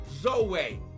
zoe